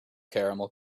caramel